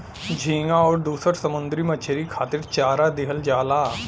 झींगा आउर दुसर समुंदरी मछरी खातिर चारा दिहल जाला